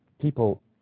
People